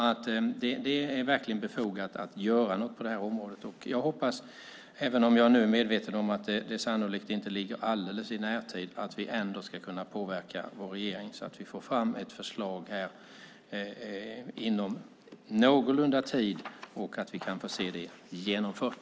Det är verkligen befogat att göra något på det här området. Jag är medveten om att det sannolikt inte ligger alldeles i närtid, men jag hoppas att vi ändå ska kunna påverka vår regering så att vi får fram ett förslag någorlunda snart och att vi kan få se det genomfört.